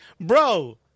bro